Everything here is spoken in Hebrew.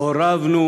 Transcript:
או רבנו